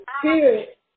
spirit